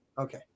Okay